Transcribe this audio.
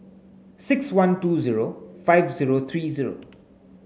six one two zero five zero three zero